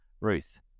Ruth